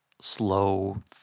slow